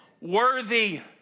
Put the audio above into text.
worthy